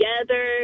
together